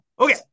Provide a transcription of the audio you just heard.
okay